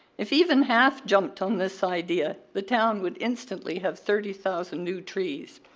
if even half jumped on this idea, the town would instantly have thirty thousand new trees.